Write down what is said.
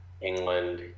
England